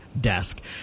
desk